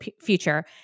future